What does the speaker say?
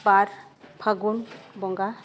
ᱵᱟᱨ ᱯᱷᱟᱹᱜᱩᱱ ᱵᱚᱸᱜᱟ